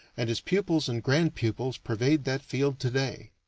and his pupils and grand-pupils pervade that field to-day.